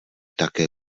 také